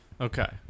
okay